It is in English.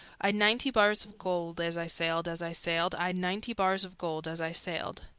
i'd ninety bars of gold, as i sailed, as i sailed, i'd ninety bars of gold, as i sailed,